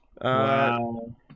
wow